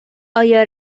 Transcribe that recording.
آیا